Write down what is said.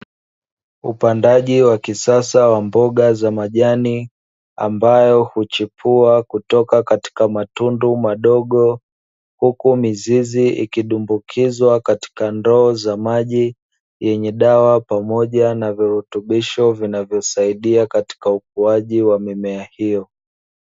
Upandaji wa kisasa wa mboga za majani ambayo huchipua kutoka katika matundu madogo, huku mizizi ikidumbukizwa katika ndoo za maji yenye dawa pamoja na virutubisho vinavyosaidia katika ukuaji wa mimea hiyo.